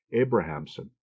abrahamson